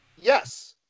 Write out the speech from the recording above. Yes